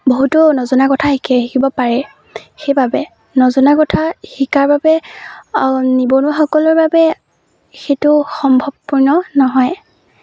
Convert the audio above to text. বহুতো নজনা কথা শিকি শিকিব পাৰে সেইবাবে নজনা কথা শিকাৰ বাবে আ নিবনুৱাসকলৰ বাবে সেইটো সম্ভৱপূৰ্ণ নহয়